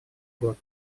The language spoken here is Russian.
год